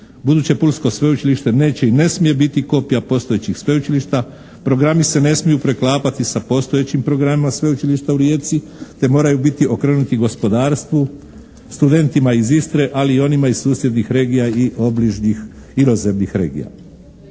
buduće Pulsko sveučilište neće i ne smije biti kopija postojećih sveučilišta. Programi se ne smiju preklapati sa postojećim programima sveučilišta u Rijeci te moraju biti okrenuti gospodarstvu, studentima iz Istre, ali i onima iz susjednih regija i obližnjih inozemnih regija.